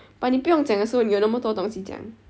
but 你不用讲的时候你有那么多东西讲